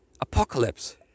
Apocalypse